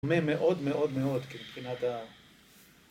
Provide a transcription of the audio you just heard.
‫מאוד מאוד מאוד מאוד מבחינת ה...